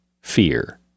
fear